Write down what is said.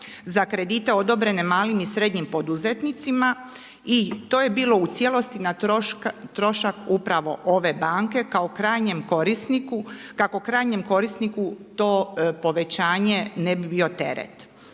za kredite odobrene malim i srednjim poduzetnicima i to je bilo u cijelosti na trošak upravo ove banke kao krajnjem korisniku, kako krajnjem korisniku to